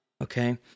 okay